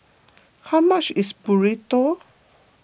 how much is Burrito